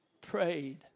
prayed